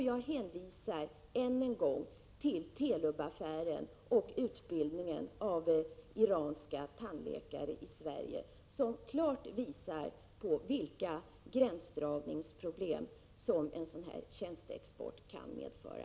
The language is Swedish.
Jag hänvisar än en gång till Telubaffären och till utbildningen av iranska tandläkare i Sverige som klart visar vilka gränsdragningsproblem en sådan här tjänsteexport kan medföra.